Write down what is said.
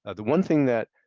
ah the one thing that